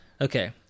Okay